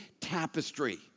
tapestry